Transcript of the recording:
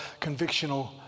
convictional